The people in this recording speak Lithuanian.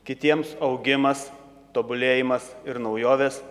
kitiems augimas tobulėjimas ir naujovės